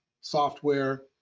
software